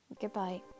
Goodbye